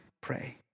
pray